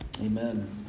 amen